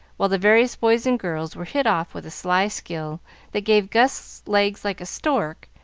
while the various boys and girls were hit off with a sly skill that gave gus legs like a stork,